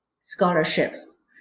scholarships